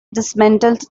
dismantled